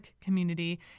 community